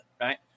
right